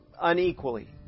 unequally